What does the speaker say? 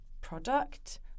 product